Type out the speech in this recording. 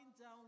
down